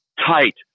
Tight